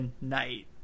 night